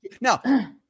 now